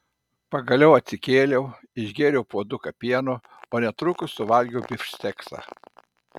pagaliau atsikėliau išgėriau puoduką pieno o netrukus suvalgiau bifšteksą